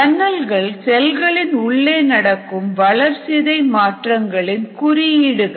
ஜன்னல்கள் செல்களின் உள்ளே நடக்கும் வளர்சிதை மாற்றங்களின் குறியீடுகள்